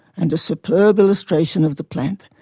and a superb illustration of the plant,